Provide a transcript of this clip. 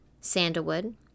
sandalwood